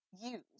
use